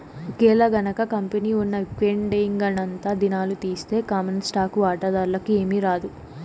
ఒకేలగనక కంపెనీ ఉన్న విక్వడేంగనంతా దినాలు తీస్తె కామన్ స్టాకు వాటాదార్లకి ఏమీరాదు